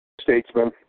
Statesman